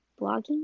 blogging